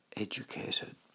educated